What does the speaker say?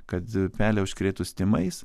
kad pelę užsikrėtus tymais